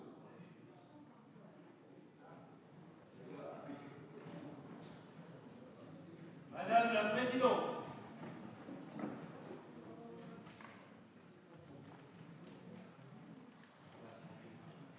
Madame la présidente,